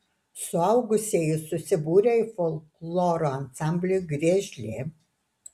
suaugusieji susibūrę į folkloro ansamblį griežlė